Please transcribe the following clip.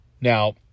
Now